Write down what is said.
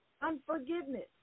unforgiveness